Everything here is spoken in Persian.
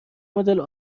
مدل